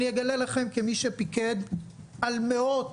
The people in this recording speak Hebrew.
אני אגלה לכם כמי שפיקד על מאות